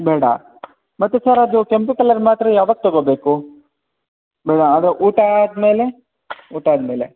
ಬೇಡ ಮತ್ತೆ ಸರ್ ಅದು ಕೆಂಪು ಕಲರ್ ಮಾತ್ರೆ ಯಾವಾಗ ತಗೋಬೇಕು ಬೇ ಅದು ಊಟ ಆದಮೇಲೆ ಊಟ ಆದಮೇಲೆ